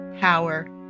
power